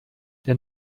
der